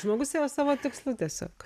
žmogus ėjo savo tikslu tiesiog